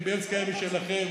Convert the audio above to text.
אם בילסקי היה משלכם,